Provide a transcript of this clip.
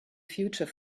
future